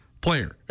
player